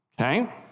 okay